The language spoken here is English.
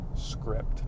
script